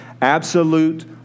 absolute